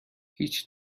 هیچ